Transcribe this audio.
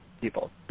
people